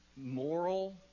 moral